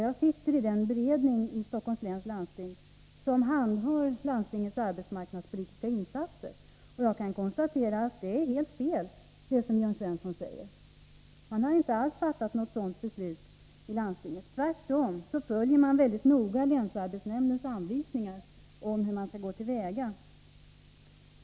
Jag sitter i den beredning i Stockholms läns landsting som handhar landstingets arbetsmarknadspolitiskainsatser, och jag kan konstatera att det som Jörn Svensson här säger är helt fel. Man har inte alls fattat något sådant beslut i landstinget. Man följer tvärtom mycket noga länsarbetsnämndens anvisningar om hur man skall gå till väga.